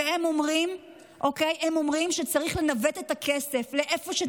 והם אומרים שצריך לנווט את הכסף לאיפה שצריך קודם כול,